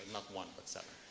not one but seven.